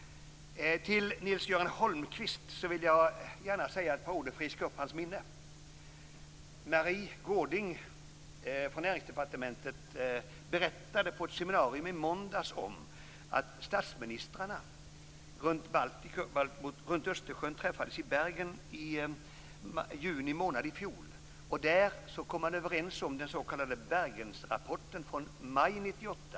Till Nils-Göran Holmqvist vill jag gärna säga ett par ord för att friska upp hans minne. Maria Gårding Wärnberg från Näringsdepartementet berättade på ett seminarium i måndags om att statsministrarna runt Östersjön träffades i Bergen i juni månad i fjol. Där kom man överens om den s.k. Bergenrapporten från maj 1998.